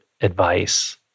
advice